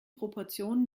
proportionen